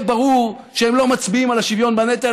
ברור שהם לא מצביעים על השוויון בנטל.